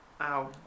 Ow